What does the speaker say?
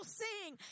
sing